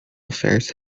affairs